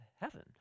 heaven